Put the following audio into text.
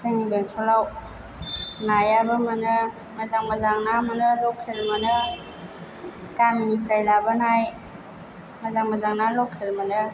जोंनि बेंथलाव नायाबो मोनो मोजां मोजां ना मोनो लकेल मोनो गामिनिफ्राय लाबोनाय मोजां मोजां ना लकेल मोनो